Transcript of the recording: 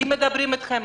האם מדברים אתכם?